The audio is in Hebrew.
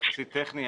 הוא יחסית טכני,